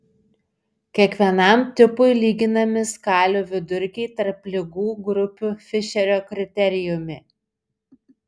kiekvienam tipui lyginami skalių vidurkiai tarp ligų grupių fišerio kriterijumi